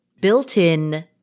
built-in